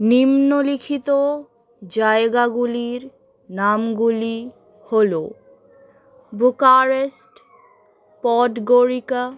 নিম্নলিখিত জায়গাগুলির নামগুলি হলো বুখারেস্ট পডগরিকা